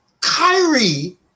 Kyrie